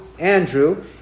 Andrew